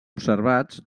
observats